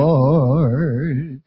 Lord